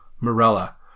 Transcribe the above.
Morella